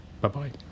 bye-bye